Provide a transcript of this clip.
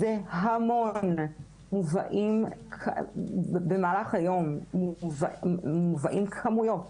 המון מובאים במהלך היום כמויות